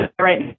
right